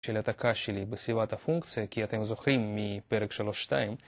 של העתקה שלי בסביבת הפונקציה, כי אתם זוכרים מפרק שלוש שתיים.